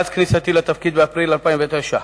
מאז כניסתי לתפקיד, באפריל 2009,